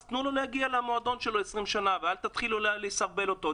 אז תנו לו להגיע למועדון ואל תתחילו לסרבל אותו.